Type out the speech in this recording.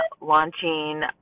launching